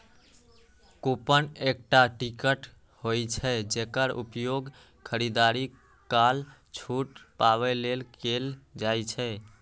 coupon एकटा ticket होइ छै, जेकर उपयोग खरीदारी काल छूट पाबै लेल कैल जाइ छै